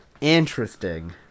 Interesting